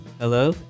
Hello